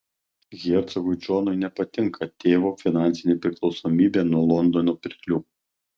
hercogui džonui nepatinka tėvo finansinė priklausomybė nuo londono pirklių